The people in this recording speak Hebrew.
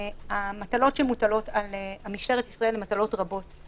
המטלות שמוטלות על משטרת ישראל הן מטלות רבות.